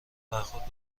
برخورد